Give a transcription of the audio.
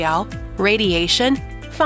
radiation